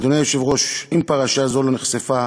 אדוני היושב-ראש, אם פרשה זו לא נחשפה